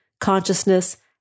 Consciousness